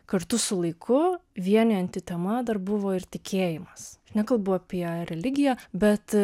kartu su laiku vienijanti tema dar buvo ir tikėjimas nekalbu apie religiją bet